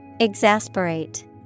Exasperate